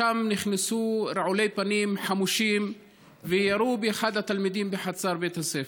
ושם נכנסו רעולי פנים חמושים וירו באחד התלמידים בחצר בית הספר.